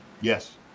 Yes